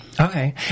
Okay